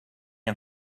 and